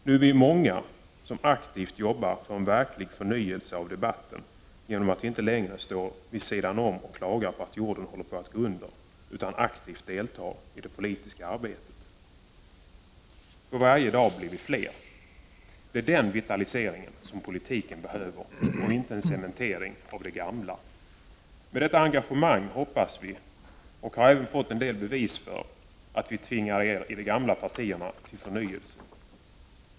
Nu är vi många som jobbar för en verklig förnyelse av debatten genom att inte längre stå vid sidan om och klaga på att jorden håller på att gå under utan att aktivt delta i det politiska arbetet. För varje dag blir vi fler. Det är den vitaliseringen som politiken behöver, och inte en cementering av det gamla. Med detta engagemang hoppas vi kunna — och har även fått en del bevis för att vi lyckas — tvinga er i de gamla partierna till förnyelse.